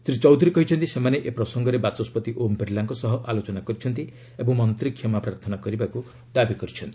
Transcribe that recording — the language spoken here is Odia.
ଶ୍ରୀ ଚୌଧୁରୀ କହିଛନ୍ତି ସେମାନେ ଏ ପ୍ରସଙ୍ଗରେ ବାଚସ୍କତି ଓମ୍ ବିଲାଙ୍କ ସହ ଆଲୋଚନା କରିଛନ୍ତି ଓ ମନ୍ତ୍ରୀ କ୍ଷମାପ୍ରାର୍ଥନା କରିବାକୁ ଦାବି କରିଚ୍ଛନ୍ତି